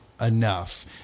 enough